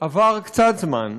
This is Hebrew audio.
עבר קצת זמן,